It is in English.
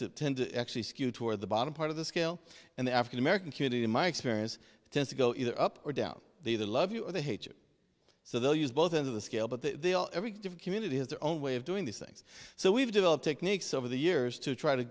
to tend to actually skewed toward the bottom part of the scale and the african american community in my experience tend to go either up or down the they love you or they hate you so they'll use both ends of the scale but that they all every community has their own way of doing these things so we've developed techniques over the years to try to